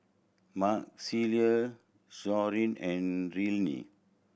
Marcelle Shon and Rillie